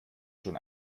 schon